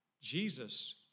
Jesus